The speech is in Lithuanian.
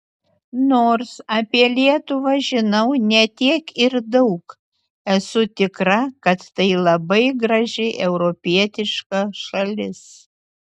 nors apie lietuvą žinau ne tiek ir daug esu tikra kad tai labai graži europietiška šalis